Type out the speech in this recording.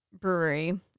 brewery